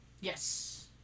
Yes